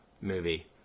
movie